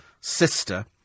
sister